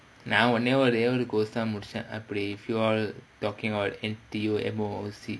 நான் ஒன்னே ஒன்னு ஒரு:naan onnae onnu oru if you're talking about N_T_U M_O_O_C